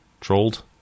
trolled